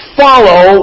Follow